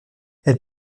elle